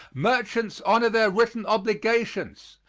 merchants honor their written obligations.